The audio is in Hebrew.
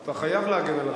אתה חייב להגן על התקשורת.